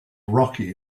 rocky